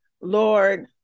Lord